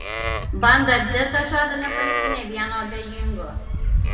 banda dzeta žada nepalikti nė vieno abejingo